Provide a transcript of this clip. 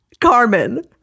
Carmen